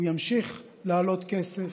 והוא ימשיך לעלות כסף.